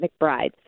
McBride